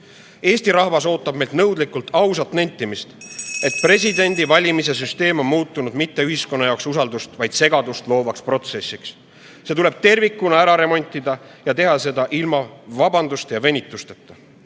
Eesti rahvas ootab meilt nõudlikult ausat nentimist, et presidendi valimise süsteem on muutunud ühiskonna jaoks mitte usaldust, vaid segadust loovaks protsessiks. See tuleb tervikuna ära remontida ja teha seda ilma vabanduste ja venitusteta.